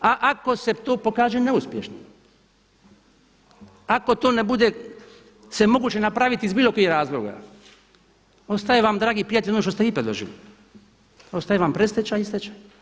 A ako se to pokaže neuspješnim, ako to ne bude bilo moguće napraviti iz bilo kojih razloga ostaje vam dragi prijatelji ono što ste vi predložili, ostaje vam predstečaj i stečaj.